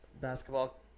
Basketball